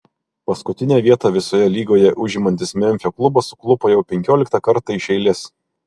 paskutinę vietą visoje lygoje užimantis memfio klubas suklupo jau penkioliktą kartą iš eilės